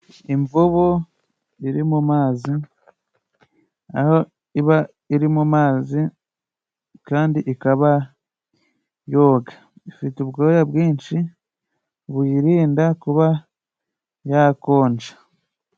Imvubu iri mu mazi ,aho iba iri mu mazi kandi ikaba yoga .Ifite ubwoya bwinshi buyirinda kuba yakonja.